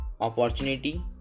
opportunity